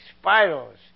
spirals